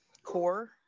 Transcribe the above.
CORE